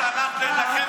אתם צועקים,